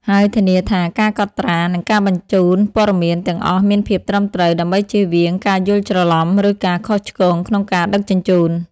ហើយធានាថាការកត់ត្រា និងការបញ្ជូនព័ត៌មានទាំងអស់មានភាពត្រឹមត្រូវ ដើម្បីជៀសវាងការយល់ច្រឡំ ឬការខុសឆ្គងក្នុងការដឹកជញ្ជូន។